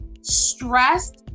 stressed